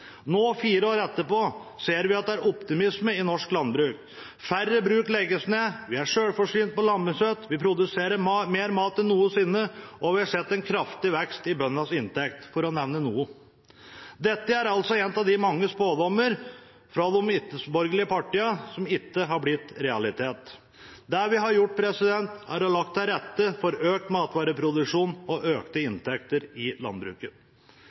Nå, fire år etterpå, ser vi at det er optimisme i norsk landbruk. Færre bruk legges ned, vi er selvforsynte med lammekjøtt, vi produserer mer mat enn noensinne, og vi har sett en kraftig vekst i bøndenes inntekt, for å nevne noe. Dette er altså en av mange spådommer fra de ikke-borgerlige partiene som ikke har blitt en realitet. Det vi har gjort, er å legge til rette for økt matvareproduksjon og økte inntekter i landbruket.